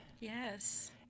Yes